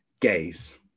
gaze